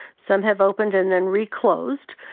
some have opened and then reclosed.